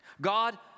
God